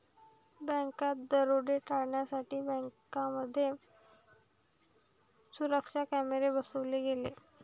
बँकात दरोडे टाळण्यासाठी बँकांमध्ये सुरक्षा कॅमेरे बसवले गेले